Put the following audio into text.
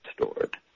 stored